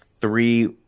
Three